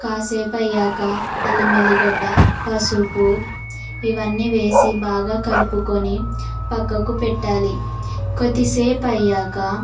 కాసేపు అయ్యాక అల్లం ఎల్లిగడ్డ పసుపు ఇవన్నీ వేసి బాగా కలుపుకొని పక్కకుపె ట్టాలి కొద్దిసేపు అయ్యాక